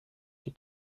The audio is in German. die